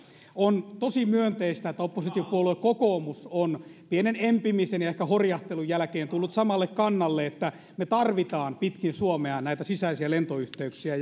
on tosi myönteistä että oppositiopuolue kokoomus on pienen empimisen ja ehkä horjahtelun jälkeen tullut samalle kannalle että me tarvitsemme pitkin suomea näitä sisäisiä lentoyhteyksiä